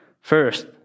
First